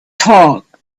talk